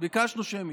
ביקשנו שמית.